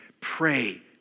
pray